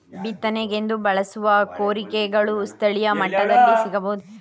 ಬಿತ್ತನೆಗೆಂದು ಬಳಸುವ ಕೂರಿಗೆಗಳು ಸ್ಥಳೀಯ ಮಟ್ಟದಲ್ಲಿ ಸಿಗಬಹುದೇ?